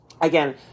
Again